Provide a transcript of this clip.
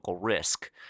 risk